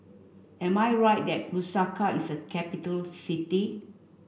am I right that Lusaka is a capital city